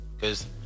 cause